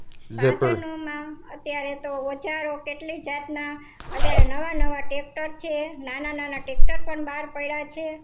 સાધનોમાં અત્યારે તો ઓજારો કેટલી જાતના અત્યારે નવા નવા ટેક્ટર છે નાના નાના ટેક્ટર પણ બહાર પડ્યાં છે